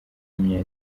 w’umunya